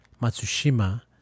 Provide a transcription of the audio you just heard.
Matsushima